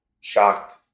shocked